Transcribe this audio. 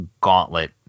Gauntlet